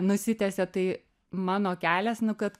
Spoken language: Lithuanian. nusitęsė tai mano kelias nu kad